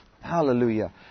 Hallelujah